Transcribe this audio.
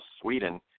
Sweden